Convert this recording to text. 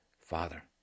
father